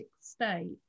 state